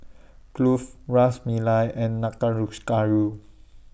Kulfi Ras Malai and Gayu